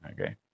Okay